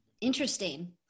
Interesting